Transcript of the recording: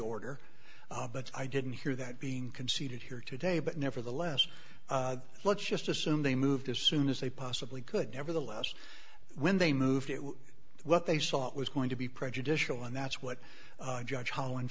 order but i didn't hear that being conceded here today but nevertheless let's just assume they moved as soon as they possibly could nevertheless when they moved it what they saw it was going to be prejudicial and that's what judge holl